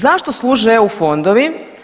Zašto služe EU fondovi?